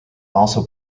also